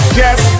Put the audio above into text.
yes